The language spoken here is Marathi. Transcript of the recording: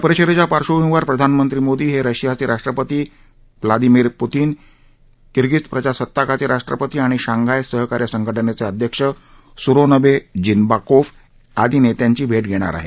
या परिषदेच्या पार्श्वभूमीवर प्रधानमंत्री मोदी हे रशियाचे राष्ट्रपती व्लादिमीर पुतीन किरगीज प्रजासत्ताकाचे राष्ट्रपती आणि शांघाय सहकार्य संघ िचे अध्यक्ष सुरोनबे जिनबाकोफ आदी नेत्यांची भैठवेणार आहेत